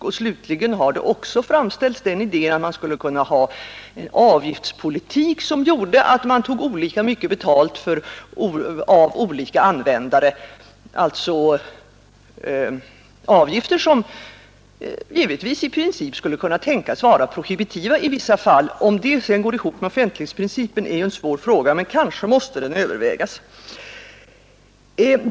Och slutligen har också den idén framförts att man skulle kunna ha en sådan avgiftspolitik att man tog olika mycket betalt av olika användare. Sådana avgifter skulle i princip kunna tänkas vara prohibitiva i vissa fall. Om detta sedan går ihop med offentlighetsprincipen är en svår fråga, men kanske den måste övervägas.